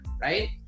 right